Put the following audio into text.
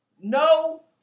no